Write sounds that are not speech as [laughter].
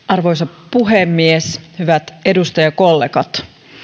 [unintelligible] arvoisa puhemies hyvät edustajakollegat